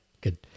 good